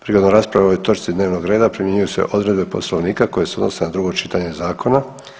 Prigodom rasprave o ovoj točci dnevnog reda primjenjuju se odredbe Poslovnika koje se odnose na drugo čitanje zakona.